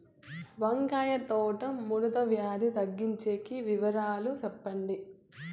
వంకాయ తోట ముడత వ్యాధి తగ్గించేకి వివరాలు చెప్పండి?